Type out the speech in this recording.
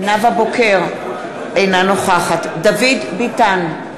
אינה נוכחת דוד ביטן,